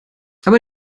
aber